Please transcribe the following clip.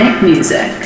music